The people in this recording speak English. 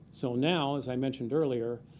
so now, as i mentioned earlier,